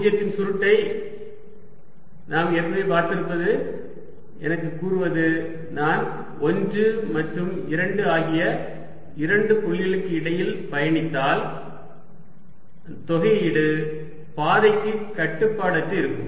dl0 எனவே 0 இன் சுருட்டை நாம் ஏற்கனவே பார்த்திருப்பது எனக்கு கூறுவது நான் 1 மற்றும் 2 ஆகிய இரண்டு புள்ளிகளுக்கு இடையில் பயணித்தால் தொகையீடு பாதைக்கு கட்டுப்பாடற்று இருக்கும்